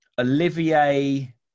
Olivier